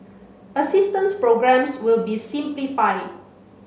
assistance programmes will be simplified